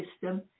system